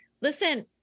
listen